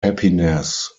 happiness